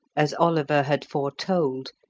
as oliver had foretold,